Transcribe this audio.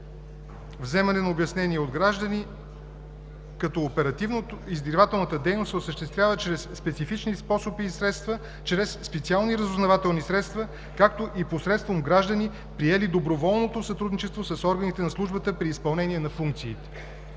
Вземане на обяснение от граждани. Като оперативно-издирвателната дейност се осъществява от специфични способи и средства чрез специални разузнавателни средства, както и посредством граждани, приели доброволното сътрудничество с органите на службата при изпълнението на функциите.